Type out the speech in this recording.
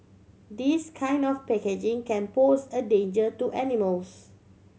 this kind of packaging can pose a danger to animals